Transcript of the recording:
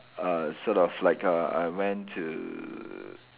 uh sort of like uh I went to